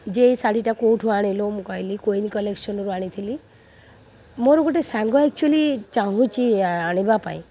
ଯେ ଏଇ ଶାଢ଼ୀଟା କେଉଁଠୁ ଆଣିଲୁ ମୁଁ କହିଲି କୁଇନ୍ କଲେକ୍ସନ୍ରୁ ଆଣିଥିଲି ମୋର ଗୋଟିଏ ସାଙ୍ଗ ଆକଚୁଲି ଚାହୁଁଛି ଆଣିବା ପାଇଁ